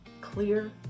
clear